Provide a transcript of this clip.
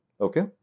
Okay